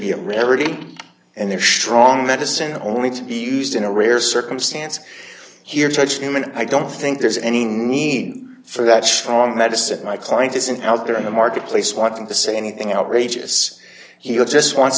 be a rarity and they're srong medicine only to be used in a rare circumstance here touch him and i don't think there's any need for that strong medicine my client isn't out there in the marketplace want them to say anything outrageous he will just wants